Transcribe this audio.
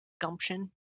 gumption